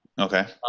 Okay